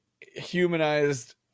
humanized